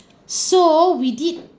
so we did